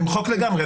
למחוק לגמרי.